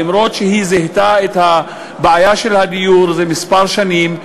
אף-על-פי שהיא זיהתה את הבעיה של הדיור זה כמה שנים,